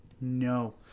No